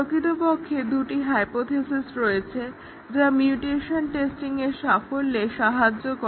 প্রকৃতপক্ষে দুটি হাইপোথিসিস রয়েছে যা মিউটেশন টেস্টিংয়ের সাফল্যে সাহায্য করে